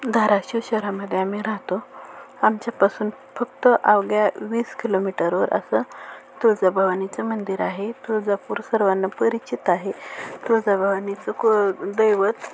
धाराशिव शहरामध्ये आम्ही राहतो आमच्यापासून फक्त अवघ्या वीस किलोमीटरवर असं तुळजाभवानीचं मंदिर आहे तुळजापूर सर्वांना परिचित आहे तुळजाभवनीचं क दैवत